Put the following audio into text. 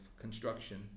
construction